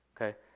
okay